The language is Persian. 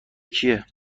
کیه